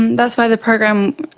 and that's why the program,